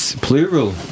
Plural